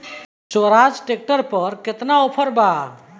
Swaraj tractor पर केतना offer बा?